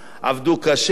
עבדו קשה,